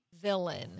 villain